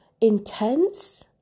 intense